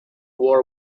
war